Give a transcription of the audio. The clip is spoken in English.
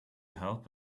help